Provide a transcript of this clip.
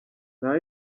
nta